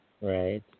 Right